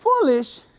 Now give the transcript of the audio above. foolish